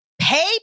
pay